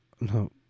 no